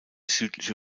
südliche